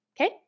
Okay